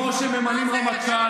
כמו שממנים רמטכ"ל,